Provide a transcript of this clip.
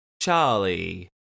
Charlie